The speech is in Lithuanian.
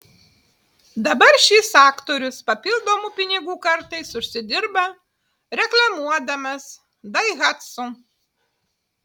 dabar šis aktorius papildomų pinigų kartais užsidirba reklamuodamas daihatsu